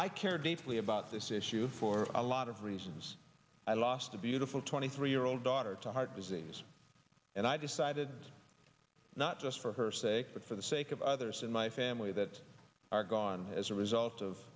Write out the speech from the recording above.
i care deeply about this issue for a lot of reasons i lost a beautiful twenty three year old daughter to heart disease and i decided not just for her sake but for the sake of others in my family that are gone as a result of